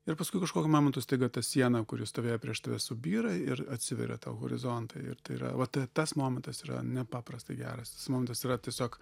ir paskui kažkokiu momentu staiga ta siena kuri stovėjo prieš tave subyra ir atsiveria tau horizontai ir tai yra vat tas momentas yra nepaprastai geras tas momentas yra tiesiog